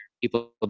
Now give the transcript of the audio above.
people